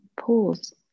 pause